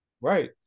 Right